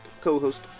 co-host